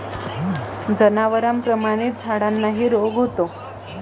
जनावरांप्रमाणेच झाडांनाही रोग होतो